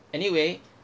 anyway